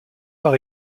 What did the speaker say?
par